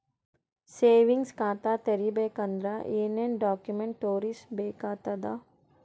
Savings ಖಾತಾ ತೇರಿಬೇಕಂದರ ಏನ್ ಏನ್ಡಾ ಕೊಮೆಂಟ ತೋರಿಸ ಬೇಕಾತದ?